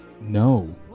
No